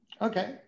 Okay